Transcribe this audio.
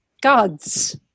gods